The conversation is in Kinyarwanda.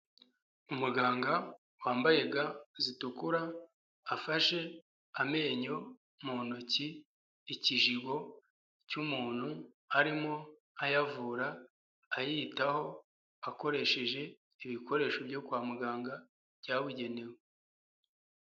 Umuganga wambaye ga zitukura, afashe amenyo mu ntoki, ikijigo cy'umuntu arimo ayavura ayitaho akoresheje ibikoresho byo kwa muganga byabugenewe.